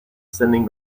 sending